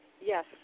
Yes